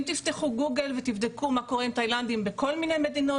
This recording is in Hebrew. אם תפתחו גוגל ותבדקו מה קורה עם תאילנדים בכל מיני מדינות,